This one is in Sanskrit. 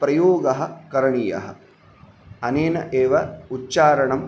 प्रयोगः करणीयः अनेन एव उच्चारणं